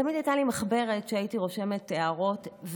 תמיד הייתה לי מחברת שהייתי רושמת בה הערות.